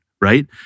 right